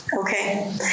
Okay